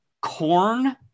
corn